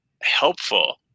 helpful